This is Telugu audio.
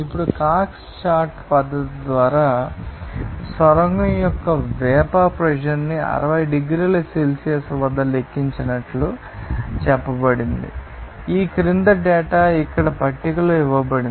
ఇప్పుడు కాక్స్ చార్ట్ పద్ధతి ద్వారా సొరంగం యొక్క వేపర్ ప్రెషర్ న్ని 60 డిగ్రీల సెల్సియస్ వద్ద లెక్కించినట్లు చెప్పబడింది ఈ క్రింది డేటా ఇక్కడ పట్టికలో ఇవ్వబడింది